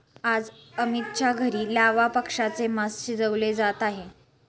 आज अमितच्या घरी लावा पक्ष्याचे मास शिजवले जात आहे